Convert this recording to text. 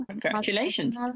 Congratulations